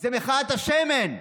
זו מחאת השמן.